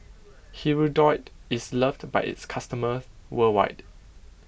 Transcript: Hirudoid is loved by its customers worldwide